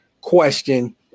question